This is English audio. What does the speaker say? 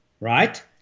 right